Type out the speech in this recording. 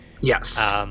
Yes